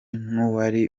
n’uwari